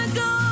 go